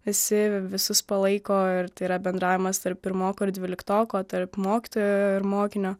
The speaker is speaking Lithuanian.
visi visus palaiko ir tai yra bendravimas tarp pirmoko ir dvyliktoko tarp mokytojo ir mokinio